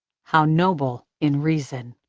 how noble in reason!